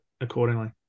accordingly